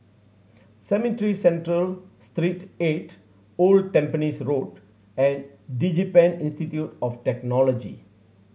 Cemetry Central Street Eight Old Tampines Road and DigiPen Institute of Technology